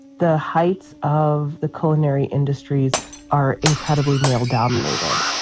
the heights of the culinary industries are incredibly male dominated.